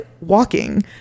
walking